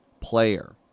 player